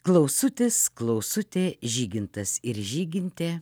klausutis klausutė žygintas ir žygintė